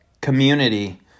community